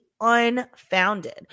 unfounded